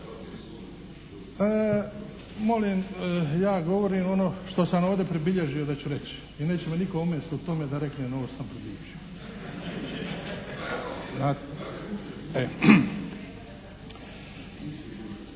Molim, ja govorim ono što sam ovdje pribilježio da ću reći i neće me nitko omesti u tome da reknem ono što sam predbilježio.